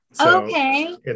Okay